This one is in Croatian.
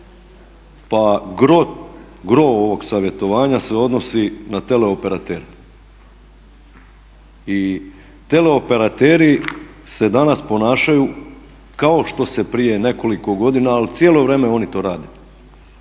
Pa gro ovog savjetovanja se odnosi na teleoperatere i teleoperateri se danas ponašaju kao što se prije nekoliko godina, ali cijelo vrijeme oni to rade,